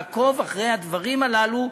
לעקוב אחר הדברים הללו,